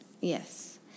Yes